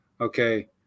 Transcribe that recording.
Okay